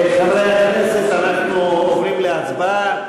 חברי הכנסת, אנחנו עוברים להצבעה.